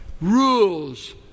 rules